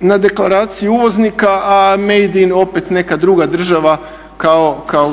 na deklaraciji uvoznika, a made in opet neka druga država kao.